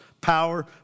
Power